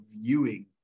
viewing